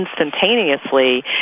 instantaneously